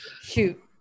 Shoot